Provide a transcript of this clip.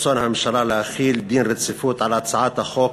לרצון הממשלה להחיל דין רציפות על הצעת החוק